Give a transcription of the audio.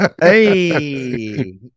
Hey